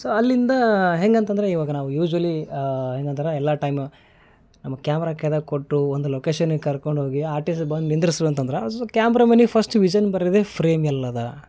so ಅಲ್ಲಿಂದ ಹೆಂಗಂತಂದ್ರೆ ಇವಾಗ ನಾವು ಯೂಸ್ವಲಿ ಹೆಂಗಂದ್ರೆ ಎಲ್ಲ ಟೈಮ ನಮಗ್ ಕ್ಯಾಮ್ರ ಕೈಯಾಗ್ ಕೊಟ್ಟು ಒಂದು ಲೊಕೇಶನಿಗೆ ಕರ್ಕೊಂಡೋಗಿ ಆರ್ಟಿಸ್ಟ್ ಬಂದು ನಿಂದ್ರುಸು ಅಂತಂದ್ರೆ ಸ್ ಕ್ಯಾಮ್ರಮನ್ನಿಗೆ ಫಸ್ಟ್ ವಿಝನ್ ಬರೋದೆ ಫ್ರೇಮ್ ಎಲ್ಲಿದೆ